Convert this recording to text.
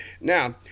Now